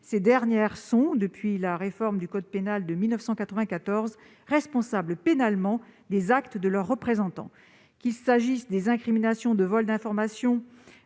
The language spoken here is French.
En effet, depuis la réforme du code pénal de 1994, elles sont responsables pénalement des actes de leurs représentants. Qu'il s'agisse des incriminations de vol d'informations,